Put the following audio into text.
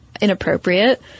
inappropriate